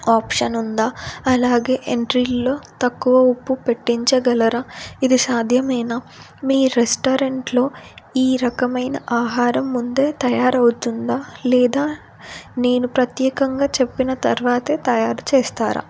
option ఉందా అలాగే ఎంట్రీలో తక్కువ ఉప్పు పెట్టించగలరా ఇది సాధ్యమేనా మీ రెస్టారెంట్లో ఈ రకమైన ఆహారం ముందే తయారవుతుందా లేదా నేను ప్రత్యేకంగా చెప్పిన తర్వాతే తయారు చేస్తారా